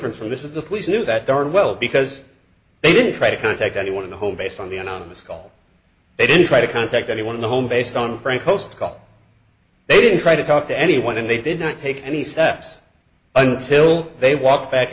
from this is the police knew that darn well because they didn't try to contact anyone in the home based on the anonymous call it in try to contact anyone in the home based on frank host scott they didn't try to talk to anyone and they did not take any steps until they walked back